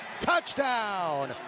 Touchdown